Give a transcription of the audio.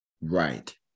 Right